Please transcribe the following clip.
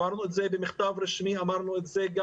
אמרנו את זה במכתב רשמי וגם בתקשורת.